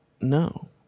No